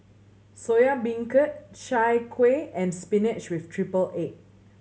Soya Beancurd Chai Kuih and spinach with triple egg